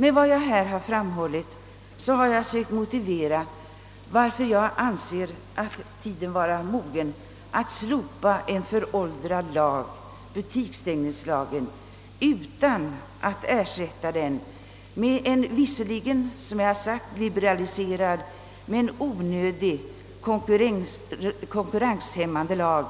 Med vad jag här har framhållit har jag försökt motivera varför jag anser tiden vara mogen att slopa en föråldrad lag, butiksstängningslagen, utan att ersätta den med en visserligen liberaliserad men onödigt konkurrenshämmande lag